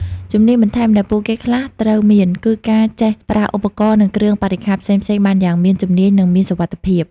ជំនាញបន្ថែមដែលពួកគេខ្លះត្រូវមាន គឺការចេះប្រើឧបករណ៍ និងគ្រឿងបរិក្ខារផ្សេងៗបានយ៉ាងមានជំនាញ និងមានសុវត្តិភាព។